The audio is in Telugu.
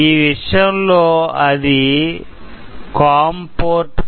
ఈ విషయం లో అది కోమ్ పోర్ట్ 5